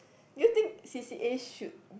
do you think C_C_A should